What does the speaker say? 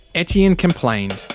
etienne complained.